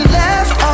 left